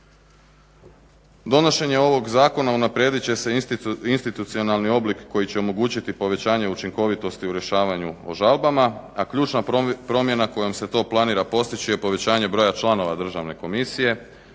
Donošenje ovog zakona unaprijedit će se institucionalni oblik koji će omogućiti povećanje učinkovitosti u rješavanju o žalbama a ključna promjena kojom se to planira postići je povećanje broja članova državne komisije